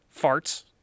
farts